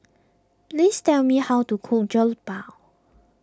please tell me how to cook Jokbal